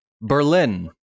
Berlin